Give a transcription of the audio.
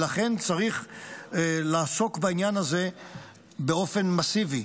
ולכן צריך לעסוק בעניין הזה באופן מסיבי.